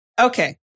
Okay